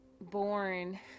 born